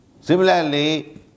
similarly